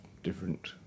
different